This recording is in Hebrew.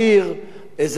איזו עבירה עבר.